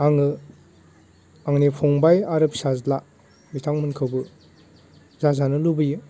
आङो आंनि फंबाय आरो फिसाज्ला बिथांमोनखौबो जाजानो लुबैयो